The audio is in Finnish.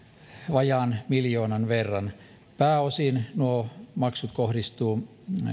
vajaan miljoonan verran pääosin nuo maksut kohdistuvat